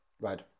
Right